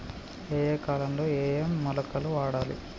ఏయే కాలంలో ఏయే మొలకలు వాడాలి?